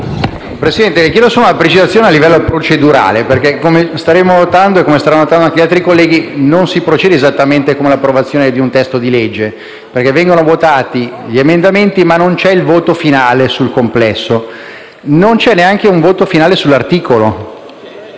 Presidente, le chiedo solo una precisazione a livello procedurale, perché come stiamo notando noi e come staranno notando anche gli altri colleghi, non si procede esattamente come nell'approvazione di un testo di legge, perché vengono votati gli emendamenti, ma non c'è il voto finale sul complesso. Non c'è neanche un voto finale sull'articolo.